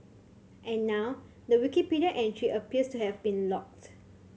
and now the Wikipedia entry appears to have been locked